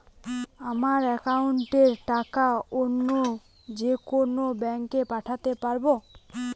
আমার একাউন্টের টাকা অন্য যেকোনো ব্যাঙ্কে পাঠাতে পারব?